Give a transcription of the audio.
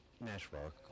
network